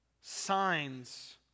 signs